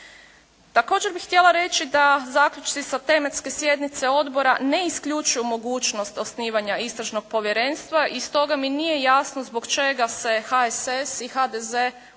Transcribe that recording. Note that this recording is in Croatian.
Također bih htjela reći da zaključci sa tematske sjednice odbora ne isključuju mogućnost osnivanja istražnog povjerenstva i stoga mi nije jasno zbog čega se HSS i HDZ ustvari